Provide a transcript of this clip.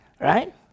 right